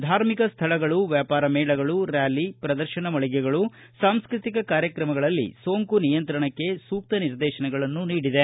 ಧಾರ್ಮಿಕ ಸ್ವಳಗಳು ವ್ಯಾಪಾರ ಮೇಳಗಳು ರ್ಯಾಲಿ ಪ್ರದರ್ಶನ ಮಳಿಗೆಗಳು ಸಾಂಸ್ಟ್ರತಿಕ ಕಾರ್ಯಕ್ರಮಗಳಲ್ಲಿ ಸೋಂಕು ನಿಯಂತ್ರಣಕ್ಕೆ ಸೂಕ್ತ ನಿರ್ದೇಶನಗಳನ್ನು ನೀಡಿದೆ